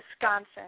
Wisconsin